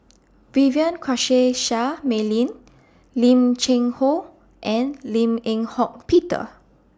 Vivien Quahe Seah Mei Lin Lim Cheng Hoe and Lim Eng Hock Peter